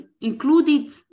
included